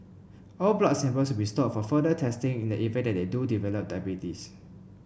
all blood samples be stored for further testing in the event that they do develop diabetes